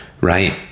right